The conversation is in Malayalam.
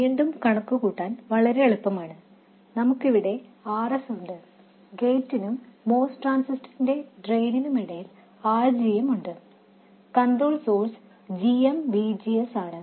വീണ്ടും കണക്കുകൂട്ടാൻ വളരെ എളുപ്പമാണ് നമുക്കിവിടെ Rs ഉണ്ട് ഗേറ്റിനും MOS ട്രാൻസിസ്റ്ററിന്റെ ഡ്രെയിനിനുമിടയിൽ RG ഉം ഉണ്ട് കൺട്രോൾ സോഴ്സ് gmVGS ആണ്